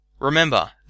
Remember